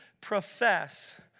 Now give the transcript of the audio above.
profess